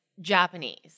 Japanese